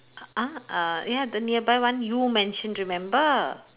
uh uh ya the nearby one you mention remember